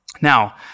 Now